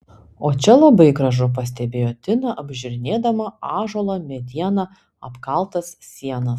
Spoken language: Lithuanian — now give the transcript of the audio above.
o čia labai gražu pastebėjo tina apžiūrinėdama ąžuolo mediena apkaltas sienas